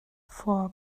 for